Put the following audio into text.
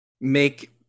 Make